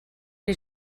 que